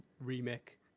remake